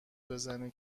بزنین